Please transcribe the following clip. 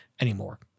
anymore